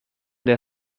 der